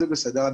זה בסדר.